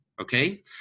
Okay